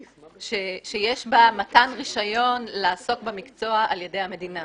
שיש בה מתן רישיון לעסוק במקצוע על ידי המדינה.